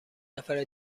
نفر